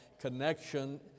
connection